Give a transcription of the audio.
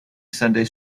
sunday